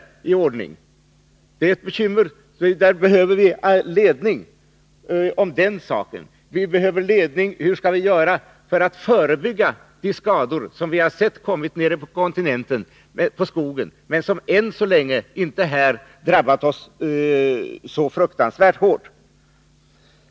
Det är ett bekymmer. Vi behöver ledning beträffande den saken. Vidare behöver vi ledning när det gäller att förebygga skador av det slag som vi har noterat i fråga om skogen på kontinenten, skador som än så länge inte drabbat oss så fruktansvärt hårt.